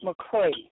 McCray